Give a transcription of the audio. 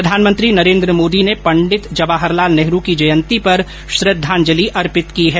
प्रधानमंत्री नरेन्द्र मोदी ने पंडित जवाहर लाल नेहरू की जयंती पर श्रद्धांजलि अर्पित की है